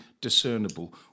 discernible